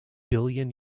billion